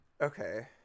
Okay